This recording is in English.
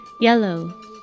yellow